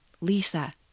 Lisa